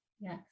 Yes